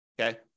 Okay